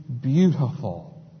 beautiful